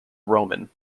roman